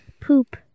Poop